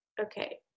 Okay